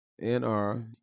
N-R